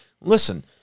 Listen